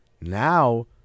Now